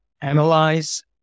analyze